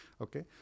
Okay